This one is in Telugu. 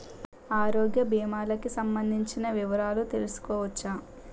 ఆరోగ్య భీమాలకి సంబందించిన వివరాలు తెలుసుకోవచ్చా?